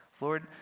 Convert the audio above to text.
Lord